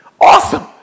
awesome